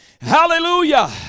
Hallelujah